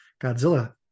Godzilla